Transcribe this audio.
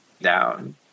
down